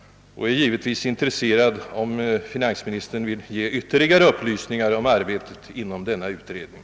Jag är givetvis också intresserad av att från finansministern få ytterligare upplysningar om arbetet inom denna utredning.